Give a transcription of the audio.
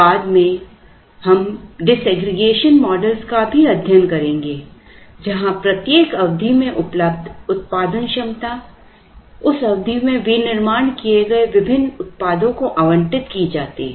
बाद में हम मॉडल डिसएग्रीगेशन मॉडल का भी अध्ययन करेंगे जहां प्रत्येक अवधि में उपलब्ध उत्पादन क्षमता उस अवधि में विनिर्माण किए जाने वाले विभिन्न उत्पादों को आवंटित की जाती है